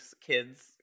kids